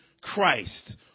Christ